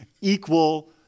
equal